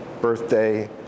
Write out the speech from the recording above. birthday